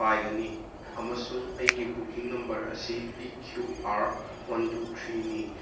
ꯄꯥꯏꯒꯅꯤ ꯑꯃꯁꯨꯡ ꯑꯩꯒꯤ booking number ꯑꯁꯤ P Q R one two ꯊ꯭ꯔꯤꯅꯤ